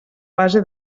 base